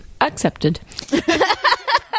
Accepted